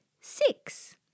six